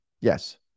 Yes